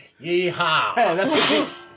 Yeehaw